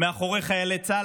מאחורי חיילי צה"ל,